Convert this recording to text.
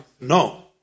No